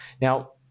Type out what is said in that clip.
Now